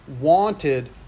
wanted